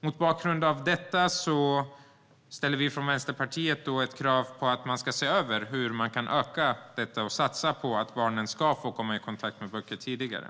Mot bakgrund av detta ställer vi från Vänsterpartiet ett krav på att man ska se över hur man kan öka detta och satsa på att barnen ska få komma i kontakt med böcker tidigare.